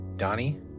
Donnie